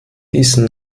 diesen